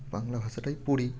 বাংলা ভাষাটাই পড়ি